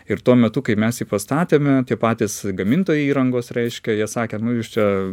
ir tuo metu kai mes jį pastatėme tie patys gamintojai įrangos reiškia jie sakė nu jūs čia